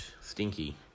stinky